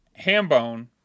Hambone